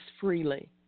freely